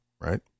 right